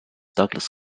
douglas